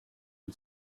dem